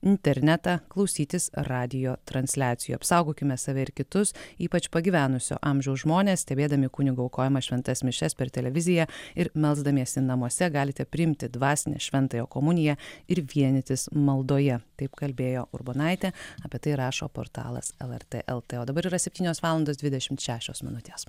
internetą klausytis radijo transliacijų apsaugokime save ir kitus ypač pagyvenusio amžiaus žmonės stebėdami kunigo aukojamas šventas mišias per televiziją ir melsdamiesi namuose galite priimti dvasinę šventąją komuniją ir vienytis maldoje taip kalbėjo urbonaitė apie tai rašo portalas lrt lt o dabar yra septynios valandos dvidešimt šešios minutės